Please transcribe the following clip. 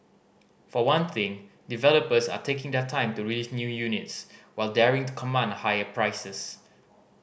for one thing developers are taking their time to release new units while daring to command higher prices